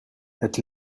het